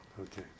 Okay